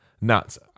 Nuts